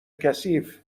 کثیف